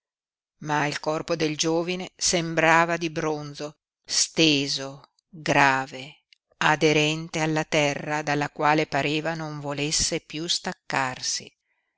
ma il corpo del giovine sembrava di bronzo steso grave aderente alla terra dalla quale pareva non volesse piú staccarsi